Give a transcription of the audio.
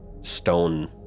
stone